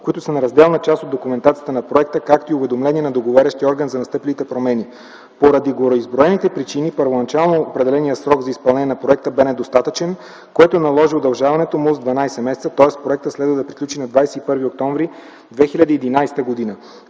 които са неразделна част от документацията на проекта, както и уведомление на договарящия орган за настъпилите промени. Поради гореизброените причини, първоначално определеният срок за изпълнение на проекта бе недостатъчен, което наложи удължаването му с дванадесет месеца. Тоест, проектът следва да приключи на 21 октомври 2011 г.